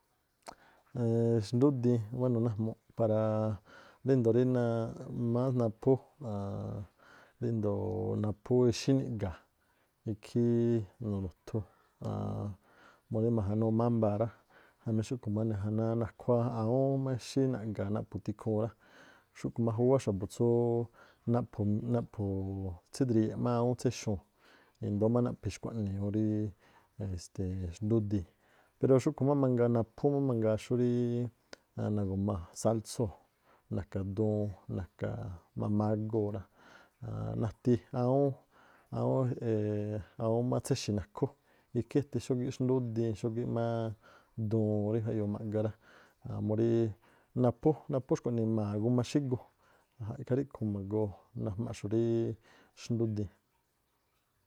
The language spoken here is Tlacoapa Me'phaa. Eee xndúdíín bueno̱ najmu̱ꞌ para ríndo̱o naaꞌ más naphú ríndo̱o naphú exi̱ niꞌga̱a̱ ikhí naru̱thu aann- murí ma̱ja̱núú mbámbaa rá, jamí xúꞌkhu̱ má najanáá nakhuá awúún má exi̱ naꞌga̱a̱ naꞌphu̱ tikhuu rá. Xúꞌkhu̱ má júwá xa̱bu̱ tsúú naꞌphu̱u̱- naꞌphu̱u̱- tsídri̱ye̱ꞌ má awúún tséxuu̱n i̱ndóó má naꞌphi̱ xkua̱ꞌnii ú rií este̱e̱ xndúdii pero xúꞌkhu̱ má mangaa naphú má mangaa xúríí nagu̱ma̱ sálsóo̱, na̱ka̱ duun, na̱ka̱ má mágóo̱ aan nati awúún e̱e̱e̱ awúún má tséxi̱ nakhú ikhí eti̱ xógíꞌ xndúdíín xógíꞌ máá duun rí jaꞌyoo ma̱ꞌga murí naphú naphú xkuaꞌnii jma̱a guma xígu̱, ikhaa ríꞌkhu̱ ma̱goo najmaꞌ xurí ndúdiin.